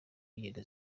ingendo